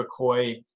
McCoy